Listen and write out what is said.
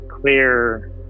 clear